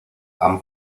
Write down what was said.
han